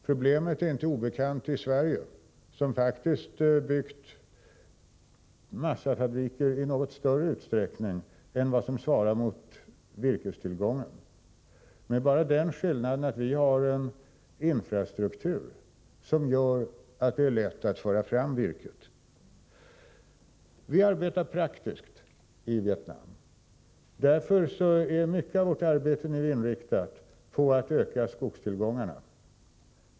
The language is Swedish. Problemet är inte obekant i Sverige, som faktiskt byggt massafabriker i något större utsträckning än vad som svarar mot virkestillgången. Det är bara den skillnaden att vi har en infrastruktur som gör att det är lätt att föra fram virket. Vi arbetar praktiskt i Vietnam. Därför är mycket av vårt arbete nu inriktat på att öka skogstillgångarna.